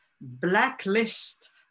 blacklist